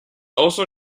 also